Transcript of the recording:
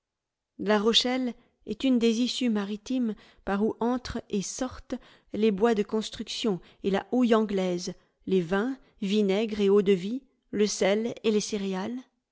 la rochelle est une des issues maritimes par où entrent et sortent les bois de construction et la houille anglaise les vins vinaigres et eaux devie le sel et les céréales